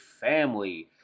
family